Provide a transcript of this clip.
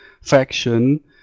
faction